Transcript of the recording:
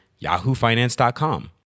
yahoofinance.com